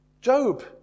Job